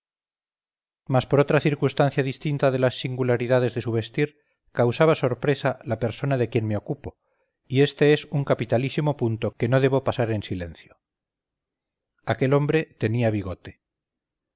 mas por otra circunstancia distinta de las singularidades de su vestir causaba sorpresa la persona de quien me ocupo y este es un capitalísimo punto que no debo pasar en silencio aquel hombre tenía bigote